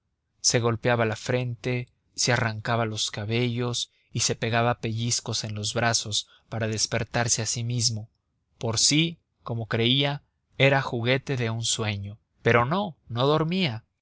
se golpeaba la frente se arrancaba los cabellos y se pegaba pellizcos en los brazos para despertarse a sí mismo por si como creía era juguete de un sueño pero no no dormía